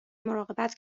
مراقبت